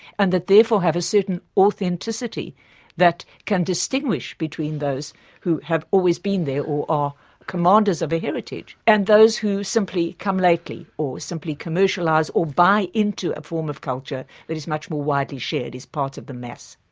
and that therefore have a certain authenticity that can distinguish between those who have always been there or are commanders of a heritage and those who simply come lately, or simply commercialise or buy into a form of culture that is much more widely shared, is part of the mass.